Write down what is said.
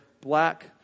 black